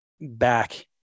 back